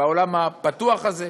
בעולם הפתוח הזה.